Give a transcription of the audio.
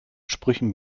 sprüchen